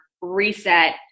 reset